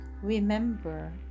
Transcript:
remember